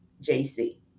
JC